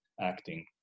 acting